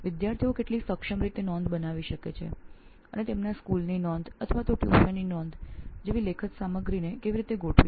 વિદ્યાર્થીઓ કેટલી કુશળતાપૂર્વક નોંધો બનાવી શકે છે પરીક્ષાઓની તૈયારી માટે તેમની શાળાની નોંધો અથવા તેમની ની ટ્યુશન નોંધ જેવી લેખિત સામગ્રીને ગોઠવવી